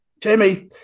Jamie